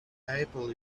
apple